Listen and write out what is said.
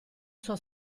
sua